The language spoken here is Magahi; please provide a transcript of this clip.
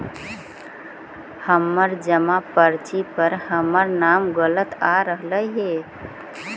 हमर जमा पर्ची पर हमर नाम गलत आ रहलइ हे